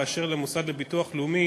כאשר למוסד לביטוח לאומי